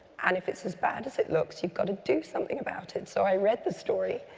and if it's as bad as it looks, you gotta do something about it. so i read the story,